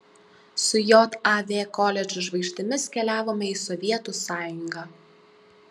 su jav koledžų žvaigždėmis keliavome į sovietų sąjungą